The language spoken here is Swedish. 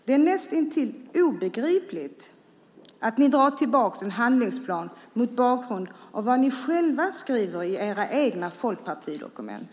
Det är näst intill obegripligt att ni drar tillbaka en handlingsplan mot bakgrund av vad ni själva skriver i era egna folkpartidokument.